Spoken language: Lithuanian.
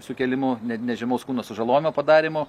sukėlimu net nežymaus kūno sužalojimo padarymu